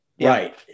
Right